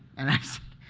and i said,